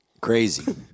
Crazy